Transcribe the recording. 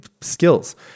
skills